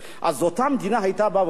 אז אותה מדינה היתה באה ואומרת,